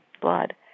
blood